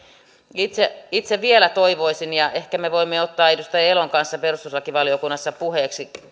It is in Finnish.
itse itse vielä toivoisin että otettaisiin puheeksi ja ehkä me voimme ottaa edustaja elon kanssa perustuslakivaliokunnassa puheeksi